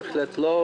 בהחלט לא.